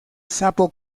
sapo